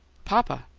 papa!